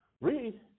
Read